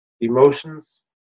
emotions